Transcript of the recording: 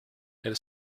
elle